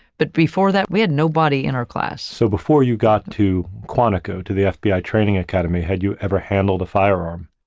but before that we had nobody in our class. so, before you got to quantico to the fbi ah training academy, had you ever handled a firearm?